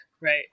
right